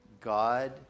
God